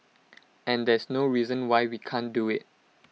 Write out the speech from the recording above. and there's no reason why we can't do IT